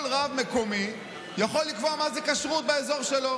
רב מקומי יכול לקבוע מה זה כשרות באזור שלו?